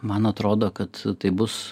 man atrodo kad tai bus